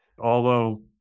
Although-